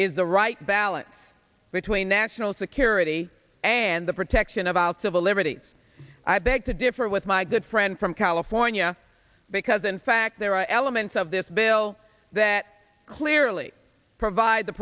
is the right balance between national security and the protection of all civil liberties i beg to differ with my good friend from california because in fact there are elements of this bill that clearly provide the